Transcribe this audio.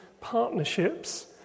partnerships